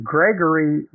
Gregory